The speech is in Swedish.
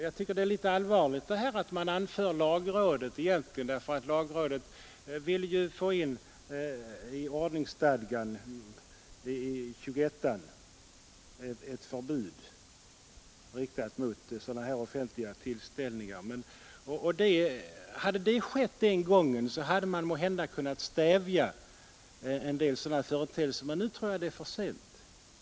Jag tycker det är litet allvarligt att man åberopar lagrådet, eftersom lagrådet ju vill att det i ordningsstadgans 218 skall införas ett förbud, riktat mot sådana offentliga tillställningar vi diskuterat. Hade det skett den gången lagstiftningen togs, så hade man måhända kunnat stävja en del företeelser, men nu tror jag att det är för sent.